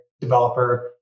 developer